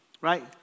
right